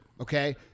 okay